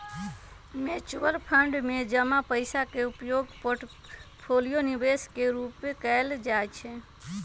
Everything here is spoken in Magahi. म्यूचुअल फंड में जमा पइसा के उपयोग पोर्टफोलियो निवेश के रूपे कएल जाइ छइ